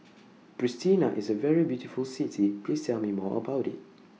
Pristina IS A very beautiful City Please Tell Me More about IT